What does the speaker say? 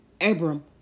Abram